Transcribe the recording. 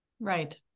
Right